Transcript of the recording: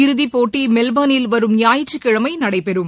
இறுதிப்போட்டி மெல்போர்னில் வரும் ஞாயிற்றுக்கிழமை நடைபெறும்